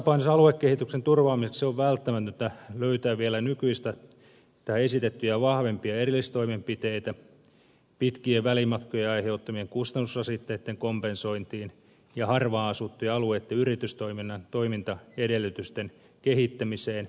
tasapainoisen aluekehityksen turvaamiseksi on välttämätöntä löytää vielä esitettyjä vahvempia erillistoimenpiteitä pitkien välimatkojen aiheuttamien kustannusrasitteitten kompensointiin ja harvaanasuttujen alueitten yritystoiminnan toimintaedellytysten kehittämiseen